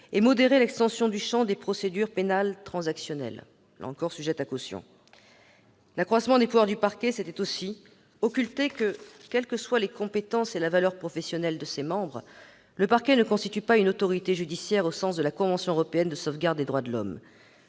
et modéré l'extension du champ des procédures pénales transactionnelles. Accroître les pouvoirs du parquet, c'était aussi occulter le fait que, quelles que soient les compétences et la valeur professionnelle de ses membres, le parquet ne constitue pas une « autorité judiciaire » au sens de la Convention européenne de sauvegarde des droits de l'homme